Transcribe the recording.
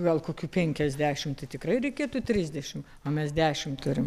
gal kokių penkiasdešim tai tikrai reikėtų trisdešim o mes dešim turim